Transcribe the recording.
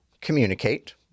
communicate